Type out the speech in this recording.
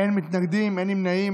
אין מתנגדים, אין נמנעים.